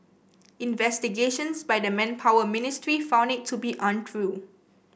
investigations by the Manpower Ministry found it to be untrue